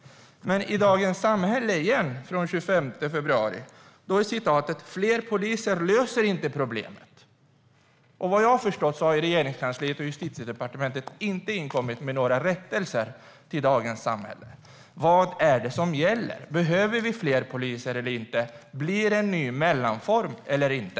Men i Dagens Samhälle från den 25 februari står det: "Fler poliser löser inte problemet." Vad jag har förstått har Regeringskansliet och Justitiedepartementet inte inkommit med några rättelser till Dagens Samhälle. Vad är det som gäller? Behöver vi fler poliser eller inte? Blir det en ny mellanform eller inte?